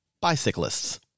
bicyclists